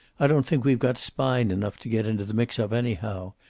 i don't think we've got spine enough to get into the mix-up, anyhow.